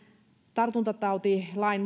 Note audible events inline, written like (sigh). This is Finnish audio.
tartuntatautilain (unintelligible)